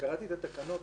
כשקראתי את התקנות,